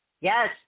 Yes